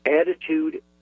attitude